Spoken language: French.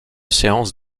séance